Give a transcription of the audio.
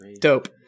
Dope